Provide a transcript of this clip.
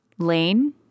Lane